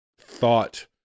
thought